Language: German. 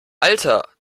alter